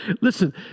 Listen